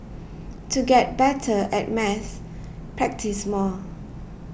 to get better at maths practise more